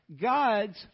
God's